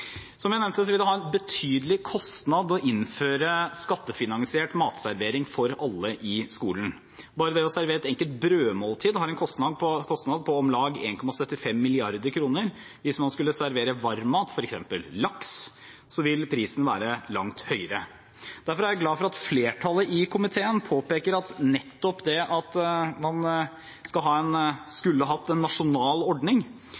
Som jeg nevnte, vil det ha en betydelig kostnad å innføre skattefinansiert matservering for alle i skolen. Bare det å servere et enkelt brødmåltid har en kostnad på om lag 1,75 mrd. kr. Hvis man skulle servere varm mat, f.eks. laks, vil prisen være langt høyere. Derfor er jeg glad for at flertallet i komiteen påpeker nettopp at